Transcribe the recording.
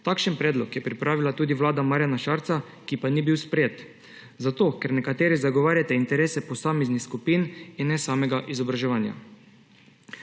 Takšen predlog je pripravila tudi vlada Marjana Šarca, ki pa ni bil sprejet zato, ker nekateri zagovarjate interese posameznih skupin in ne samega izobraževanja.